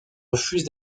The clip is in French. refuse